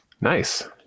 Nice